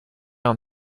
down